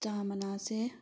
ꯆꯥ ꯃꯅꯥꯁꯦ